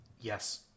Yes